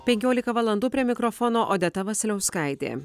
penkiolika valandų prie mikrofono odeta vasiliauskaitė